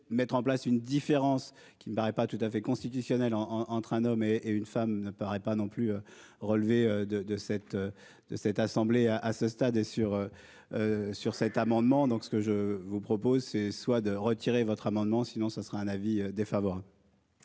Mettre en place une différence qui me paraît pas tout à fait constitutionnelle en entre un homme et une femme ne paraît pas non plus relevé de de cette de cette assemblée à à ce stade et sur. Sur cet amendement. Donc ce que je vous propose, c'est soit de retirer votre amendement sinon ce sera un avis défavorable.